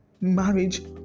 marriage